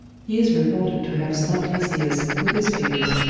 he is reported to have stopped his ears with his fingers.